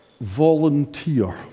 volunteer